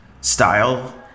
style